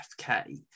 FK